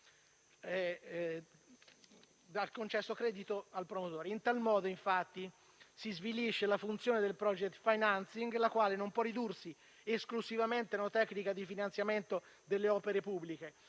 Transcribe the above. al concesso credito al promotore. In tal modo, infatti, si svilisce la funzione del *project financing*, la quale non può ridursi esclusivamente a una tecnica di finanziamento delle opere pubbliche,